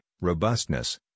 robustness